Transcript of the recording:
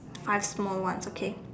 five small ones okay